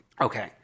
Okay